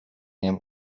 him